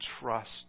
trust